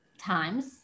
times